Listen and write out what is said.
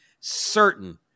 certain